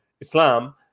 Islam